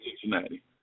Cincinnati